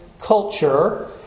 culture